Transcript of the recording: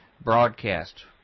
broadcast